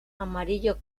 amarillo